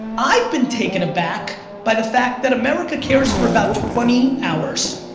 i've been taken aback by the fact that america cares for about twenty hours.